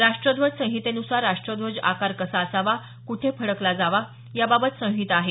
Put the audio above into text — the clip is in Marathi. राष्ट्रध्वज संहितेन्सार राष्ट्रध्वज आकार कसा असावा क्रुठे फडकवला जावा याबाबत संहिता आहे